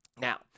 Now